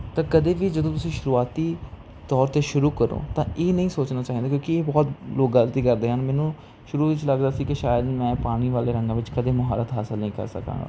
ਤਾਂ ਕਦੇ ਵੀ ਜਦੋਂ ਤੁਸੀਂ ਸ਼ੁਰੂਆਤੀ ਤੌਰ 'ਤੇ ਸ਼ੁਰੂ ਕਰੋ ਤਾਂ ਇਹ ਨਹੀਂ ਸੋਚਣਾ ਚਾਹੀਦਾ ਕਿਉਂਕਿ ਇਹ ਬਹੁਤ ਲੋਕ ਗਲਤੀ ਕਰਦੇ ਹਨ ਮੈਨੂੰ ਸ਼ੁਰੂ ਵਿੱਚ ਲੱਗਦਾ ਸੀ ਕਿ ਸ਼ਾਇਦ ਮੈਂ ਪਾਣੀ ਵਾਲੇ ਰੰਗਾਂ ਵਿੱਚ ਕਦੇ ਮਹਾਰਤ ਹਾਸਲ ਨਹੀਂ ਕਰ ਸਕਾਂਗਾ